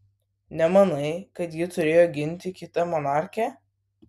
nemanai kad ji turėjo ginti kitą monarchę